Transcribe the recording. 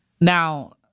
now